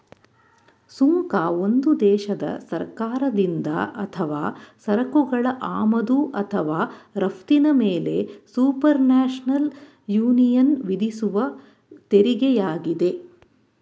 ಸುಂಕ ಒಂದು ದೇಶದ ಸರ್ಕಾರದಿಂದ ಅಥವಾ ಸರಕುಗಳ ಆಮದು ಅಥವಾ ರಫ್ತಿನ ಮೇಲೆಸುಪರ್ನ್ಯಾಷನಲ್ ಯೂನಿಯನ್ವಿಧಿಸುವತೆರಿಗೆಯಾಗಿದೆ